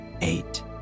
eight